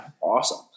awesome